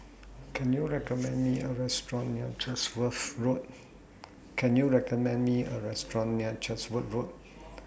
Can YOU recommend Me A Restaurant near Chatsworth Road Can YOU recommend Me A Restaurant near Chatsworth Road